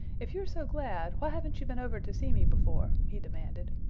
if you are so glad why haven't you been over to see me before? he demanded.